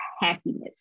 happiness